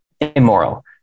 immoral